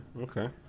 Okay